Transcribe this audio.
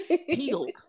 healed